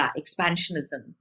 expansionism